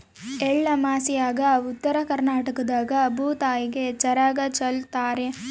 ಎಳ್ಳಮಾಸ್ಯಾಗ ಉತ್ತರ ಕರ್ನಾಟಕದಾಗ ಭೂತಾಯಿಗೆ ಚರಗ ಚೆಲ್ಲುತಾರ